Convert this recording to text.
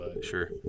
Sure